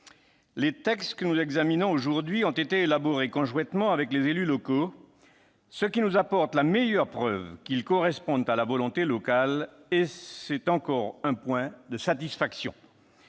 Les textes que nous examinons aujourd'hui ont été élaborés conjointement avec les élus locaux, ce qui nous apporte la meilleure preuve qu'ils correspondent à la volonté locale. C'est encore un point de satisfaction.